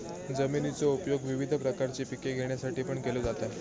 जमिनीचो उपयोग विविध प्रकारची पिके घेण्यासाठीपण केलो जाता